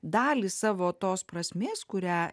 dalį savo tos prasmės kurią